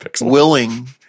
willing